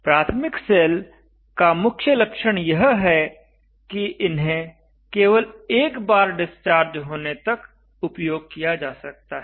प्राथमिक सेल का मुख्य लक्षण यह है कि इन्हें केवल एक बार डिस्चार्ज होने तक उपयोग किया जा सकता है